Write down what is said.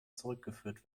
zurückgeführt